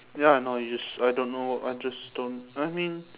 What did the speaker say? ya I know how to use I don't know I just don't I mean